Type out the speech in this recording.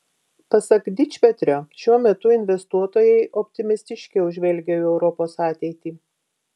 pasak dičpetrio šiuo metu investuotojai optimistiškiau žvelgia į europos ateitį